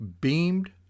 beamed